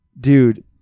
dude